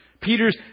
Peter's